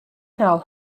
tell